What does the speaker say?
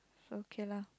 okay lah